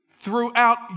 throughout